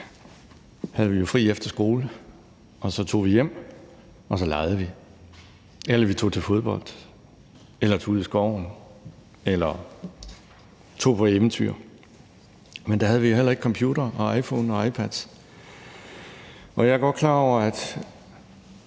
havde vi jo fri efter skole, og så tog vi hjem, og så legede vi, eller vi tog til fodbold eller tog ud i skoven eller tog på eventyr. Men der havde vi jo heller ikke computere og iPhones og iPads, og jeg er godt klar over, at